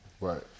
Right